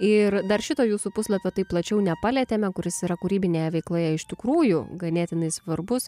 ir dar šito jūsų puslapio taip plačiau nepalietėme kuris yra kūrybinėje veikloje iš tikrųjų ganėtinai svarbus